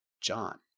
John